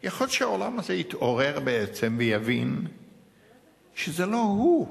יכול להיות שהעולם הזה יתעורר בעצם ויבין שזה לא הוא,